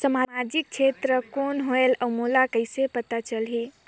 समाजिक क्षेत्र कौन होएल? और मोला कइसे पता चलही?